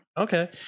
Okay